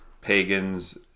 pagans